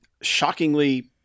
shockingly